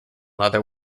leather